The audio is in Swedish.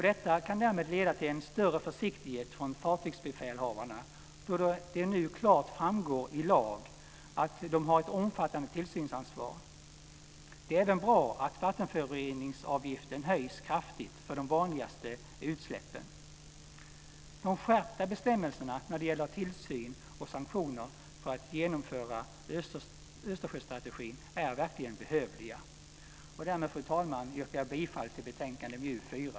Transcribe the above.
Detta kan därmed leda till en större försiktighet från fartygsbefälhavarnas sida, då det nu klart framgår i lag att de har ett omfattande tillsynsansvar. Det är även bra att vattenföroreningsavgiften höjs kraftigt för de vanligaste utsläppen. De skärpta bestämmelserna när det gäller tillsyn och sanktioner för att genomföra Östersjöstrategin är verkligen behövliga. Fru talman! Jag yrkar bifall till förslaget i betänkande MJU4.